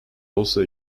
also